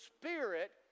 spirit